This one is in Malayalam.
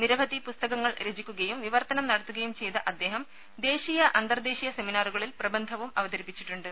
നിരവധി പുസ്തകങ്ങൾ രചിക്കുകയും വിവർത്തനം നടത്തുകയും ചെയ്ത അദ്ദേഹം ദേശീയ അന്തർദേശീയ സെമിനാറുകളിൽ പ്രബന്ധവും അവതരിപ്പിച്ചിട്ടുണ്ട്